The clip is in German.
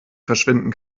verschwinden